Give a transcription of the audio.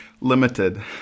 limited